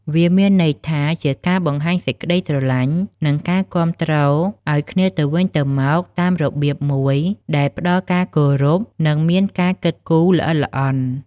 វាមានន័យថា ជាការបង្ហាញសេចក្ដីស្រឡាញ់ និងការគាំំទ្រឱ្យគ្នាទៅវិញទៅមកតាមរបៀបមួយដែលផ្ដល់ការគោរព និងមានការគិតគូរល្អិតល្អន់។